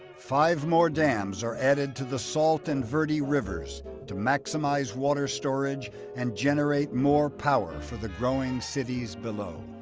five more dams are added to the salt and verde rivers to maximize water storage and generate more power for the growing cities below.